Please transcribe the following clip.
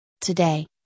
Today